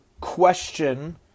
question